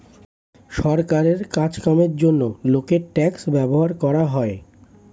সরকারের কাজ কামের জন্যে লোকের ট্যাক্স ব্যবহার হয়